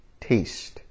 taste